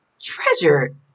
treasure